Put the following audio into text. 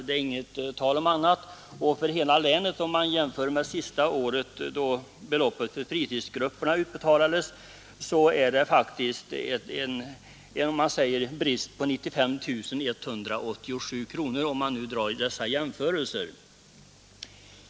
För hela länet är det faktiskt, vid en jämförelse med det sista året då beloppet till fritidsgrupperna utbetalades, en ”brist” på 95 187 kronor.